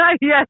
Yes